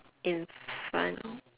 in front